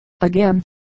again